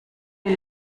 wir